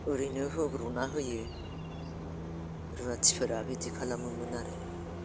ओरैनो होब्र'ना होयो रुवाथिफोरा बिदि खालामो मोन आरो